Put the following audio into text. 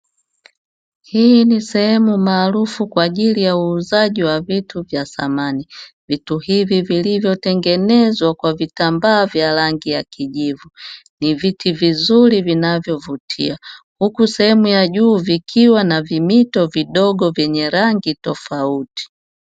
Hii ni sehemu maarufu kwa ajili ya uuzaji wa vitu vya samani. Vitu hivi vilivyotengenezwa kwa vitambaa vya rangi ya kijivu. Ni viti vizuri vinavyovutia huku sehemu ya juu vikiwa na vimito vidogo vyenye rangi tofauti.